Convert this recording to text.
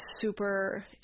super